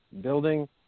building